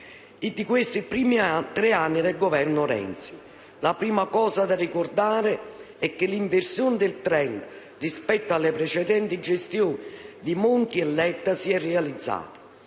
di questi primi tre anni del Governo Renzi. La prima cosa da ricordare è che l'inversione del *trend*, rispetto alle precedenti gestioni di Monti e Letta, si è realizzata